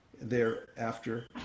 thereafter